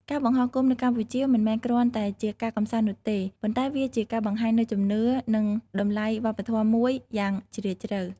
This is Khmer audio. ការបង្ហោះគោមនៅកម្ពុជា មិនមែនគ្រាន់តែជាការកម្សាន្តនោះទេ ប៉ុន្តែវាជាការបង្ហាញនូវជំនឿ និងតម្លៃវប្បធម៌មួយយ៉ាងជ្រាលជ្រៅ។